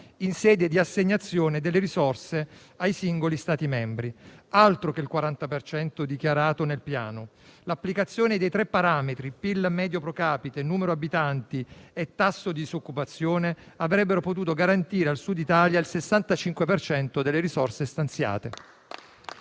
in sede di assegnazione delle risorse ai singoli Stati membri. Altro che il 40 per cento dichiarato nel Piano: l'applicazione dei tre parametri (PIL medio *pro capite*, numero di abitanti e tasso di disoccupazione) avrebbero potuto garantire al Sud Italia il 65 per cento delle risorse stanziate.